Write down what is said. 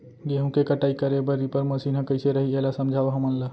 गेहूँ के कटाई करे बर रीपर मशीन ह कइसे रही, एला समझाओ हमन ल?